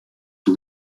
aux